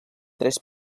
tres